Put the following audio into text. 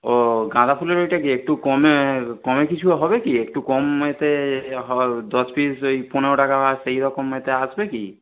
ও গাঁদা ফুলের ওইটা কি একটু কমে কমে কিছু হবে কি একটু কম এতে দশ পিস ওই পনেরো টাকা সেই রকম এতে আসবে কি